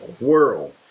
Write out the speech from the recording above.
world